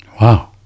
Wow